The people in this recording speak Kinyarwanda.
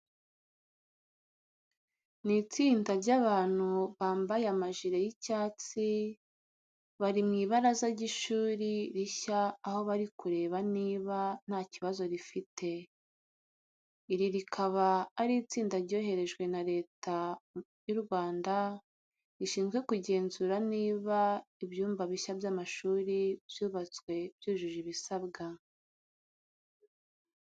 Ni itsinda ry'abantu bambaye amajire y'icyatsi, bari mu ibaraza ry'ishuri rishya aho bari kureba niba nta kibazo rifite. Iri rikaba ari itsinda ryoherejwe na Leta y'u Rwanda rishinzwe kugenzura niba ibyumba bishya by'amashuri byubatswe byujuje ibisabwa.